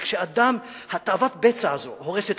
המעשה הזה, תאוות הבצע הזאת, הורס חברות.